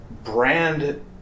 brand